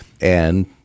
and-